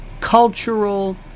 cultural